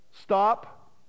stop